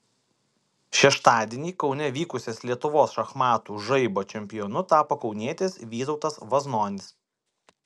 šeštadienį kaune vykusias lietuvos šachmatų žaibo čempionu tapo kaunietis vytautas vaznonis